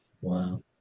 Wow